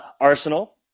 Arsenal